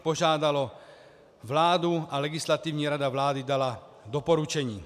Požádalo vládu a Legislativní rada vlády dala doporučení.